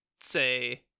say